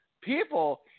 people